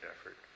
effort